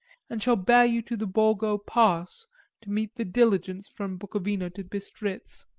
and shall bear you to the borgo pass to meet the diligence from bukovina to bistritz.